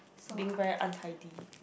being very untidy